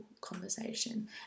conversation